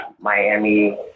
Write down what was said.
Miami